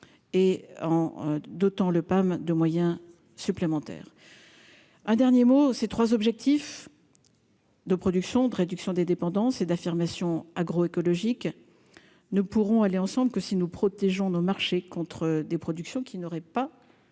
et en dotant le PAM de moyens supplémentaires, un dernier mot : ces 3 objectifs de production de réduction des dépendances et d'affirmation agro-écologique ne pourront aller ensemble que si nous protégeons nos marchés contre des productions qui n'auraient pas